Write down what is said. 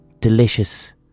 delicious